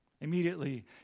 Immediately